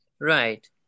right